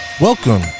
Welcome